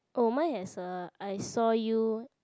oh mine has uh I saw you